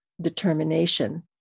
determination